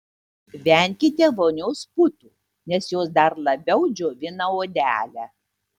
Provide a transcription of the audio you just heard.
venkite vonios putų nes jos dar labiau džiovina odelę